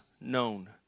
known